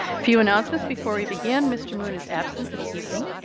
few announcements before we begin, mr. moon is absent this evening,